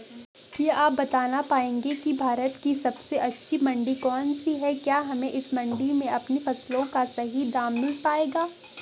क्या आप बताना पाएंगे कि भारत की सबसे अच्छी मंडी कौन सी है क्या हमें इस मंडी में अपनी फसलों का सही दाम मिल पायेगा?